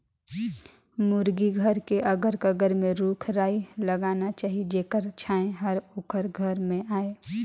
मुरगी घर के अगर कगर में रूख राई लगाना चाही जेखर छांए हर ओखर घर में आय